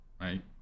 Right